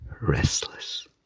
restless